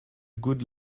good